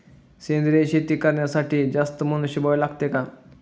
सेंद्रिय शेती करण्यासाठी जास्त मनुष्यबळ लागते का?